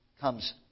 comes